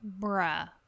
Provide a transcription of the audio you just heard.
bruh